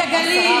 את הגליל,